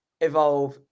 evolve